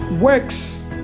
works